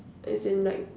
as in like